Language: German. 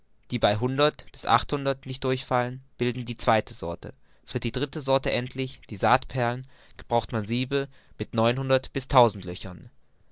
die bei hundert bis achthundert nicht durchfallen bilden die zweite sorte für die dritte sorte endlich die saatperlen gebraucht man siebe mit